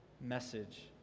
message